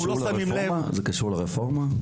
זה קשור לרפורמה?